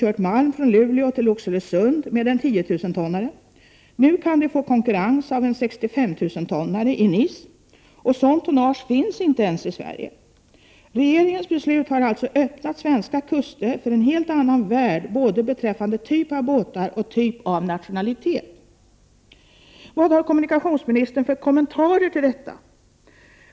kört malm från Luleå till Oxelösund med en 10 000-tonnare. Nu kan vi få konkurrens av en 65 000-tonnare i NIS. Ett sådant tonnage finns inte ens i Sverige. Regeringens beslut har således öppnat svenska kuster för en helt annan värld, beträffande både typ av båtar och typ av nationaliteter. Vad har kommunikationsministern för kommentar till detta?